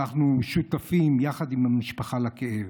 אנחנו שותפים יחד עם המשפחה לכאב.